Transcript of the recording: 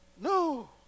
No